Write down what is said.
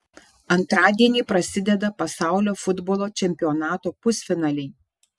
antradienį prasideda pasaulio futbolo čempionato pusfinaliai